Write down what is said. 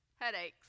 headaches